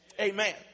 Amen